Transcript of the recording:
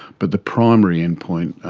but the primary endpoint,